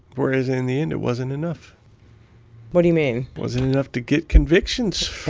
whereas in the end it wasn't enough what do you mean? wasn't enough to get convictions. oh,